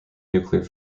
nuclear